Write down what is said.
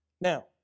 Now